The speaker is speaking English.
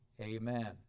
Amen